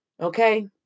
Okay